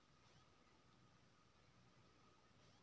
गाछक काट छांट होइत रहबाक चाही